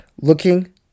looking